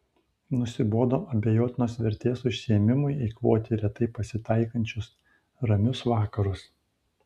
nusibodo abejotinos vertės užsiėmimui eikvoti retai pasitaikančius ramius vakarus